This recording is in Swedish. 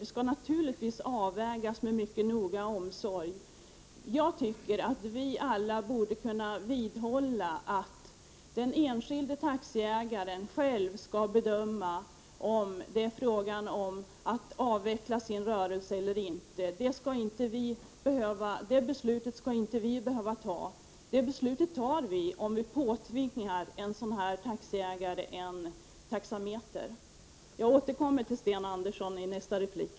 Detta måste naturligtvis avvägas med mycket stor omsorg. Jag tycker att vi alla borde kunna vidgå att den enskilde taxiägaren själv skall bedöma om det är fråga om att avveckla rörelsen eller inte. Det beslutet skall inte vi behöva ta. Men det gör vi, om vi påtvingar taxiägarna en sådan här taxameter. Jag återkommer till Sten Andersson i nästa replik.